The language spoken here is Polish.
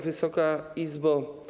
Wysoka Izbo!